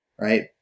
Right